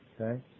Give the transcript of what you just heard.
Okay